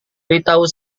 beritahu